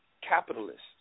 capitalists